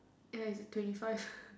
ya it's on twenty five